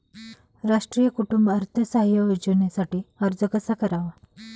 राष्ट्रीय कुटुंब अर्थसहाय्य योजनेसाठी अर्ज कसा करावा?